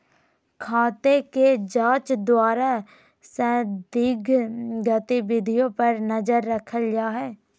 खाते के जांच द्वारा संदिग्ध गतिविधियों पर नजर रखल जा हइ